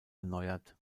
erneuert